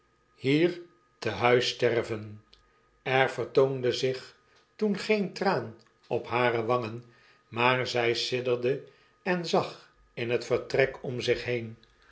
hier te huis sterven er vertoonde zich toen geen traan op hare wangen maar zy sidderde en zag in het vertrek om zich heen